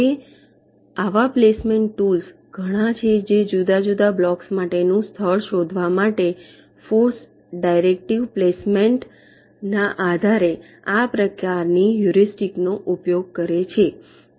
હવે આવા placement tools ઘણા છે જે જુદા જુદા બ્લોક્સ માટેનું સ્થળ શોધવા માટે ફોર્સ ડાયરેકટીવ પ્લેસમેન્ટ ના આધારે આ પ્રકારની હ્યુરિસ્ટિક નો ઉપયોગ કરે છે